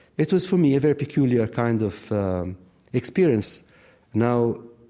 it was for me a very peculiar kind of experience now,